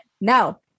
no